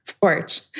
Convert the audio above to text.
Porch